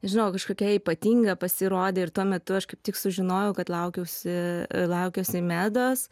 nežinau kažkokia ypatinga pasirodė ir tuo metu aš kaip tik sužinojau kad laukiuosi laukiuosi medos